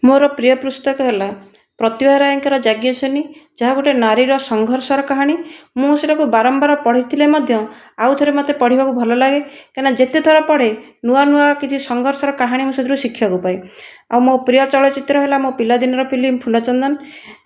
ମୋର ପ୍ରିୟ ପୁସ୍ତକ ହେଲା ପ୍ରତିଭା ରାୟଙ୍କର ଯାଜ୍ଞସେନୀ ଯାହା ଗୋଟିଏ ନାରୀର ସଂଘର୍ଷର କାହାଣୀ ମୁଁ ସେଇଟାକୁ ବାରମ୍ବାର ପଢ଼ିଥିଲେ ମଧ୍ୟ ଆଉଥରେ ମତେ ପଢ଼ିବାକୁ ଭଲଲାଗେ କାହିଁକିନା ଯେତେଥର ପଢ଼େ ନୂଆ ନୂଆ କିଛି ସଂଘର୍ଷର କାହାଣୀ ମୁଁ ସେଥିରୁ ଶିଖିବାକୁ ପାଏ ଆଉ ମୋ' ପ୍ରିୟ ଚଳଚ୍ଚିତ୍ର ହେଲା ମୋ' ପିଲାଦିନର ଫିଲ୍ମ ଫୁଲ ଚନ୍ଦନ